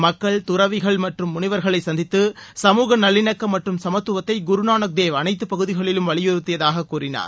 மக்கள் துறவிகள் மற்றும் முனிவர்களை சந்தித்து சமூக நல்லிணக்கம் மற்றும் சமத்துவத்தை குருநானக் தேவ் அனைத்து பகுதிகளிலும் வலியுறுத்தியதாக கூறினார்